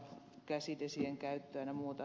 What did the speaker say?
käsidesien käyttöä ynnä muuta